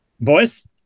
boys